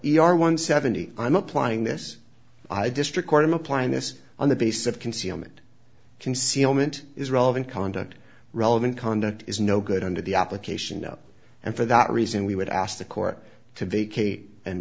r one seventy i'm applying this district court i'm applying this on the basis of concealment concealment is relevant conduct relevant conduct is no good under the application no and for that reason we would ask the court to